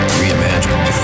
reimagined